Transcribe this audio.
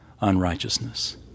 unrighteousness